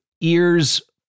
ears